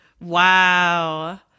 Wow